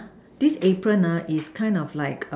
this apron uh is kind of like err